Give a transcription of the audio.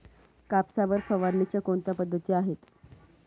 कापसावर फवारणीच्या कोणत्या पद्धती आहेत?